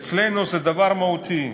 אצלנו זה דבר מהותי.